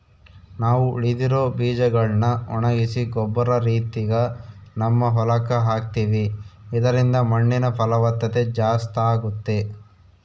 ನಾವು ಉಳಿದಿರೊ ಬೀಜಗಳ್ನ ಒಣಗಿಸಿ ಗೊಬ್ಬರ ರೀತಿಗ ನಮ್ಮ ಹೊಲಕ್ಕ ಹಾಕ್ತಿವಿ ಇದರಿಂದ ಮಣ್ಣಿನ ಫಲವತ್ತತೆ ಜಾಸ್ತಾಗುತ್ತೆ